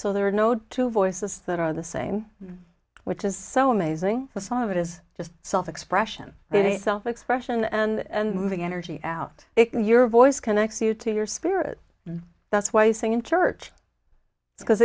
so there are no two voices that are the same which is so amazing the sound of it is just self expression they self expression and moving energy out your voice connects you to your spirit that's why you sing in church because